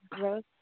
rose